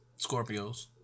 Scorpios